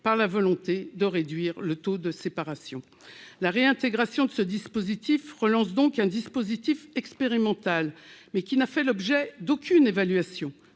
par la volonté de réduire le taux de séparation. La réintégration de ce dispositif relance donc une expérimentation qui n'a fait l'objet d'aucune évaluation,